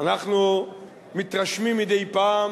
אנחנו מתרשמים מדי פעם